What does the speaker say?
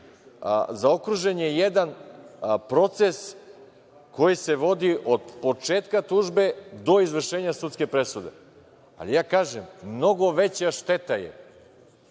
zaokružen je jedan proces koji se vodi od početka tužbe do izvršenja sudske presude. Ali, ja kažem, mnogo veća šteta je